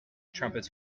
trumpets